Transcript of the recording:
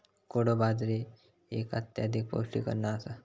कोडो बाजरी एक अत्यधिक पौष्टिक अन्न आसा